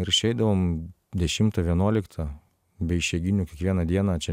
ir išeidavom dešimtą vienuoliktą be išeiginių kiekvieną dieną čia